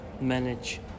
manage